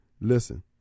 listen